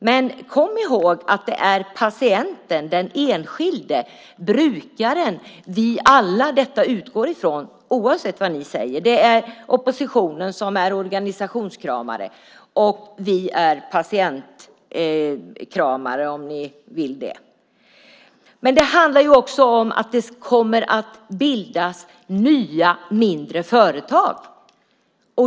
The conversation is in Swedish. Men kom ihåg att det är patienten, den enskilde, brukaren, som vi alla utgår från oavsett vad ni säger. Det är oppositionen som är organisationskramare, och vi är patientkramare, om ni vill det. Men det handlar också om att det kommer att startas nya mindre företag.